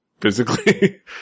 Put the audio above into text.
physically